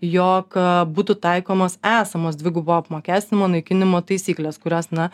jog būtų taikomos esamos dvigubo apmokestinimo naikinimo taisyklės kurios na